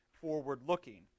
forward-looking